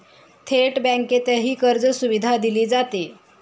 थेट बँकेतही कर्जसुविधा दिली जाते